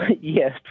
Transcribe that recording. yes